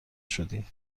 شدی